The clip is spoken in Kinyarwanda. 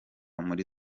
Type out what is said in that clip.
muri